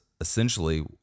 essentially